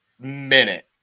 minute